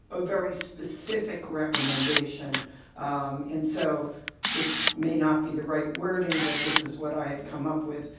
a very specific recommendation and so this may not be the right wording, but this is what i had come up with,